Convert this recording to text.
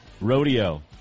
rodeo